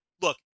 Look